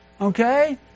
Okay